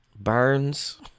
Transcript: burns